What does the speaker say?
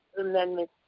Amendment